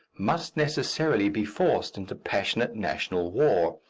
must necessarily be forced into passionate national war.